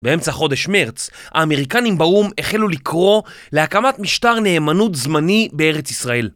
באמצע חודש מרץ האמריקנים באו"ם החלו לקרוא להקמת משטר נאמנות זמני בארץ ישראל.